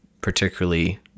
particularly